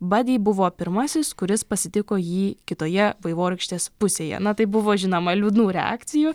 bandi buvo pirmasis kuris pasitiko jį kitoje vaivorykštės pusėje na tai buvo žinoma liūdnų reakcijų